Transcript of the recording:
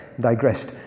Digressed